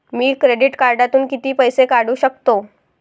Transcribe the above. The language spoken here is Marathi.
मी क्रेडिट कार्डातून किती पैसे काढू शकतो?